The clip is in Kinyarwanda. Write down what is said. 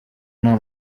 nta